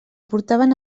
portaven